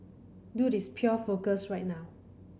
dude is pure focus right now